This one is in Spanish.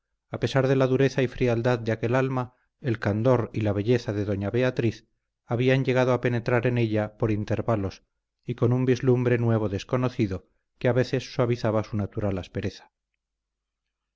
a pesar de la dureza y frialdad de aquel alma el candor y la belleza de doña beatriz habían llegado a penetrar en ella por intervalos y con un vislumbre nuevo desconocido que a veces suavizaba su natural aspereza